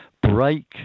break